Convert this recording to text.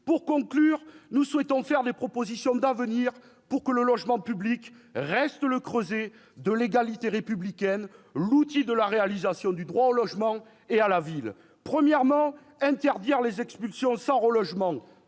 apaisée. Nous souhaitons faire des propositions d'avenir pour que le logement public reste le creuset de l'égalité républicaine, l'outil de la réalisation du droit au logement et à la ville. Premièrement : interdire les expulsions sans relogement,